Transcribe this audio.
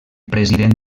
president